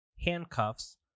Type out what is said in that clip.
handcuffs